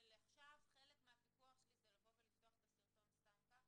עכשיו חלק מהפיקוח שלי זה לבוא ולפתוח את הסרטון סתם כך?